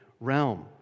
realm